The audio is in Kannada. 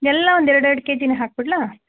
ಎಲ್ಲ ಒಂದು ಎರಡೆರಡು ಕೆ ಜಿನೆ ಹಾಕ್ಬಿಡ್ಲಾ